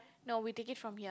no we take it from here